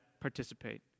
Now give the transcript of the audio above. participate